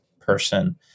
person